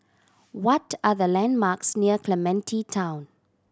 what are the landmarks near Clementi Town